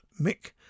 Mick